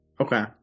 Okay